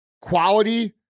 quality